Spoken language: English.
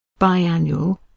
biannual